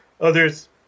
others